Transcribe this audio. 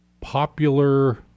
popular